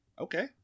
Okay